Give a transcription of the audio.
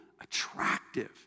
attractive